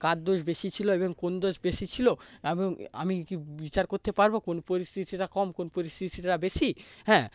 কার দোষ বেশি ছিল এবং কোন দোষ বেশি ছিল এবং আমি কি বিচার করতে পারবো কোন পরিস্থিতিটা কম কোন পরিস্থিতিটা বেশি হ্যাঁ